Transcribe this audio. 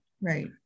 right